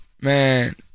man